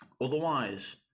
Otherwise